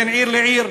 בין עיר לעיר,